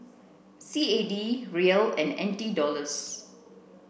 C A D Riel and N T Dollars